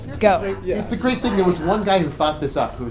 go yeah it's the great thing. there was one guy who thought this up who